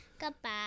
Goodbye